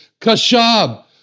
Kashab